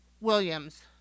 Williams